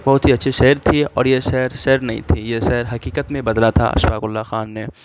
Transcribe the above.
بہت ہی اچھی شعر تھی اور یہ شعر شعر نہیں تھی یہ شعر حقیقت میں بدلا تھا اشفاق اللہ خان نے